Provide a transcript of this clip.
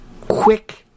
quick